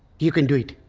you can do it.